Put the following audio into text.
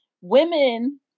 Women